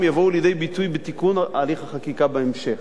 יבואו לידי ביטוי בתיקון הליך החקיקה בהמשך,